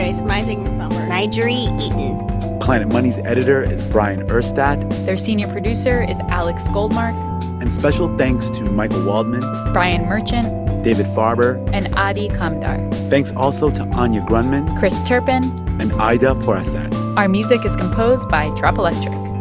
say so my name, say my name n'jeri eaton planet money's editor is bryant urstadt their senior producer is alex goldmark and special thanks to michael waldman brian merchant david farber and adi kamdar thanks also to anya grundmann chris turpin and ayda pourasad our music is composed by drop electric